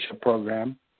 program